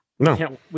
No